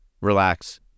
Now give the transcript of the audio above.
relax